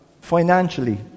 financially